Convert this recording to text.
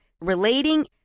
relating